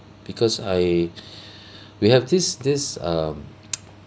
because I we have this this um